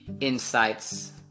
insights